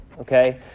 Okay